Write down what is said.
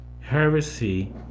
heresy